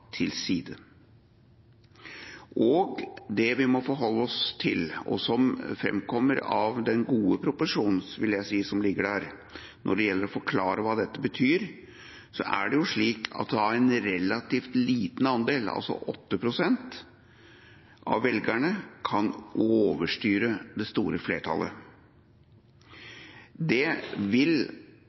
til side. Det vi må forholde oss til, og som framkommer av den gode proposisjonen – vil jeg si – som foreligger når det gjelder å forklare hva dette betyr, er at en relativt liten andel, altså 8 pst. av velgerne, da kan overstyre det store flertallet. Det vil, ved siden av den utviklingen vi kan få ved at de enkelte kandidatene vil